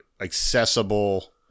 accessible